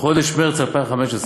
בחודש מרס 2015,